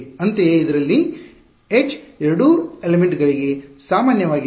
ಅಂತೆಯೇ ಇದರಲ್ಲಿ ಅಂಚುಎಡ್ಜ ಎರಡೂ ಎಲಿಮೆಂಟ್ ಗಳಿಗೆ ಸಾಮಾನ್ಯವಾಗಿದೆ